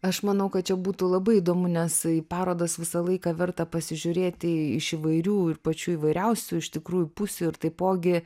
aš manau kad čia būtų labai įdomu nes į parodas visą laiką verta pasižiūrėti iš įvairių ir pačių įvairiausių iš tikrųjų pusių ir taipogi